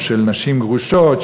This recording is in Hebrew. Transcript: או של נשים גרושות,